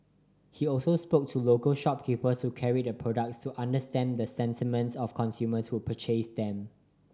he also spoke to local shopkeepers who carried the products to understand the sentiments of consumers who purchased them